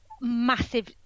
Massive